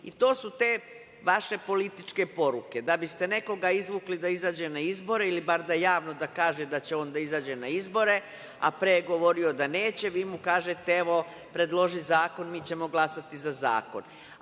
To su te vaše političke poruke. Da biste nekoga izvukli da izađe na izbore ili bar javno da kaže da će on da izađe na izbore, a pre je govorio da neće, vi mu kažete – evo predloži zakon, mi ćemo glasati za zakon.